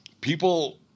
people